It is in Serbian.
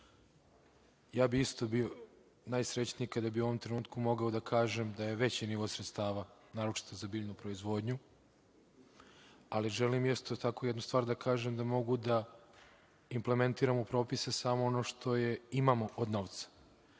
Ja bih isto bio najsrećniji kada bih u ovom trenutku mogao da kažem da je veći nivo sredstava, naročito za biljnu proizvodnju, ali želim isto tako jednu stvar da kažem, da mogu da implementiram u propise samo ono što imamo od novca.